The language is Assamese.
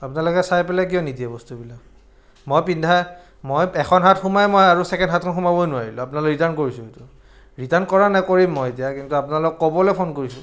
আপোনালোকে চাই পেলাই কিয় নিদিয়ে বস্তুবিলাক মই পিন্ধা মই এখন হাত সোমাই আৰু মই চেকেণ্ড হাতখন সুমোৱাবই নোৱাৰিলোঁ আপোনালৈ ৰিটাৰ্ণ কৰিছোঁ এইটো ৰিটাৰ্ণ কৰা নাই কৰিম এতিয়া কিন্তু আপোনালোক ক'বলৈ ফোন কৰিছোঁ